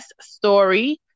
story